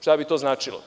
Šta bi to značilo?